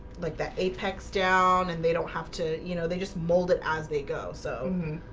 like that apex down and they don't have to you know, they just mold it as they go so